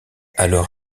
alors